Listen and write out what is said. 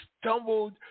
stumbled